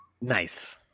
Nice